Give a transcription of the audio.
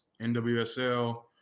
NWSL